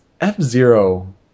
F-Zero